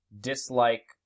dislike